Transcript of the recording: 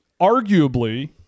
arguably